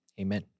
amen